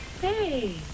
Hey